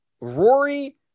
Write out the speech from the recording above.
Rory